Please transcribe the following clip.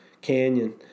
canyon